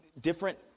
different